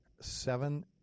seven